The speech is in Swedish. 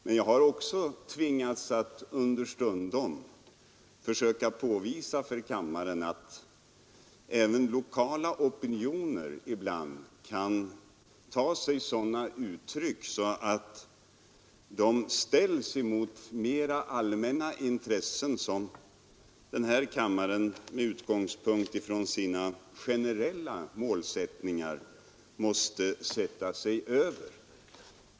Men jag har också tvingats att understundom försöka påvisa för kammaren att även lokala opinioner ibland kan ta sig sådana uttryck att de ställs emot mer allmänna intressen, och att riksdagen därför, med utgångspunkt från sina generella målsättningar, måste sätta sig över de lokala opinionerna.